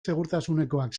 segurtasunekoak